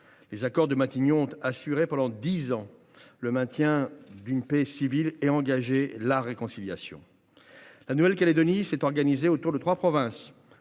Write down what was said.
Les accords de Matignon ont assuré pendant dix ans le maintien d’une paix civile et engagé la réconciliation. La Nouvelle Calédonie s’est organisée autour de trois provinces,